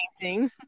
Painting